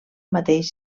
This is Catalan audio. mateix